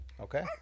Okay